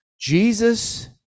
Jesus